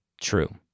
true